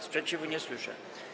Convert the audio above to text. Sprzeciwu nie słyszę.